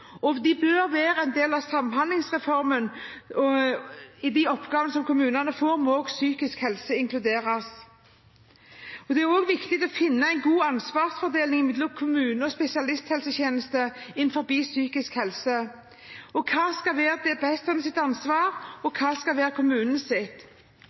bor. De bør være en del av Samhandlingsreformen, og i de oppgavene som kommunene får, må også psykisk helse inkluderes. Det er også viktig å finne en god ansvarsfordeling mellom kommune og spesialisthelsetjeneste innen psykisk helse. Hva skal være DPS-enes ansvar, og hva skal være kommunens? Kristelig Folkeparti er også opptatt av at kommunene ofte får ansvar